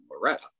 loretta